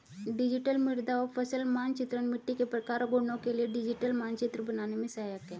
digital मृदा और फसल मानचित्रण मिट्टी के प्रकार और गुणों के लिए डिजिटल मानचित्र बनाने में सहायक है